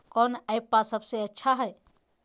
कौन एप्पबा सबसे अच्छा हय?